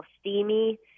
steamy